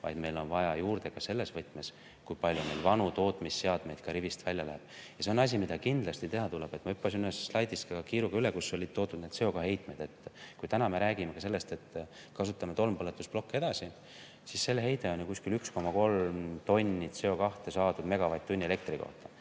vaid meil on vaja juurde ka selles võtmes, kui palju meil vanu tootmisseadmeid rivist välja läheb. Ja see on asi, mida kindlasti teha tuleb. Ma hüppasin kiiruga üle ka ühest slaidist, kus olid toodud CO2heitmed. Me räägime täna sellest, et kasutame tolmpõletusplokke edasi. Aga selle heide on umbes 1,3 tonni CO2saadud megavatt-tunni elektri kohta.